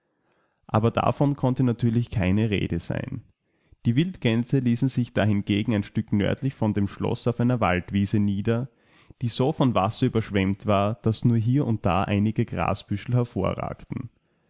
aber davon konnte natürlich keine rede sein die wildgänse ließen sich dahingegen ein stück nördlich von dem schloß auf einer waldwiese nieder diesovonwasserüberschwemmtwar daßnurhierunddaeinigegrasbüschel hervorragten